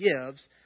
gives